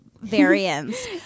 variants